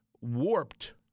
warped